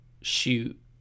shoot